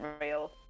real